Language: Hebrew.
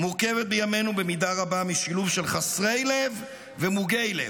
מורכבת במידה רבה משילוב של חסרי לב ומוגי לב.